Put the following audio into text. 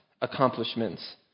accomplishments